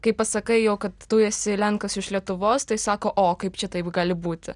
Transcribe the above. kai pasakai jau kad tu esi lenkas iš lietuvos tai sako o kaip čia taip gali būti